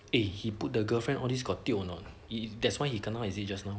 eh he put the girlfriend all this got tio or not is that's why he kena is it just now